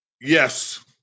Yes